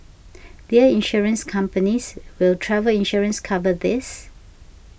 dear insurance companies will travel insurance cover this